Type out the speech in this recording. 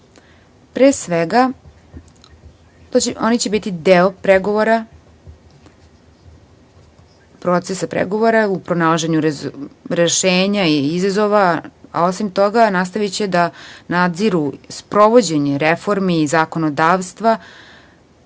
Pre svega, oni će biti deo procesa pregovora u pronalaženju rešenja i izazova, a osim toga, nastaviće da nadziru sprovođenje reformi i zakonodavstva